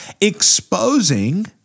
exposing